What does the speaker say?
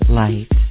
light